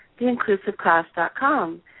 theinclusiveclass.com